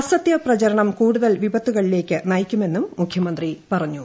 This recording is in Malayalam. അസത്യ പ്രചരണം കൂടുതൽ വിപത്തുകളിലേക്ക് നയിക്കുമെന്നും മുഖ്യമന്ത്രി പറഞ്ഞു